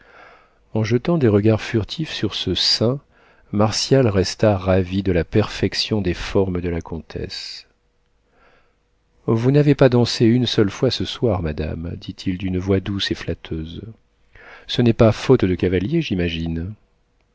en jetant des regards furtifs sur ce sein martial resta ravi de la perfection des formes de la comtesse vous n'avez pas dansé une seule fois ce soir madame dit-il d'une voix douce et flatteuse ce n'est pas faute de cavalier j'imagine